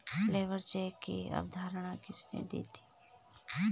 Labour check की अवधारणा किसने दी थी?